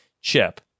chip